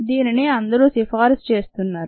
దీనిని అందరూ సిఫారసు చేస్తున్నారు